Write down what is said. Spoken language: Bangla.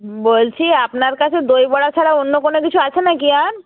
বলছি আপনার কাছে দই বড়া ছাড়া অন্য কোনও কিছু আছে না কি আর